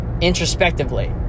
introspectively